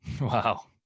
Wow